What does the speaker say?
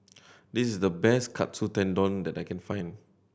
this is the best Katsu Tendon that I can find